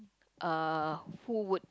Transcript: uh who would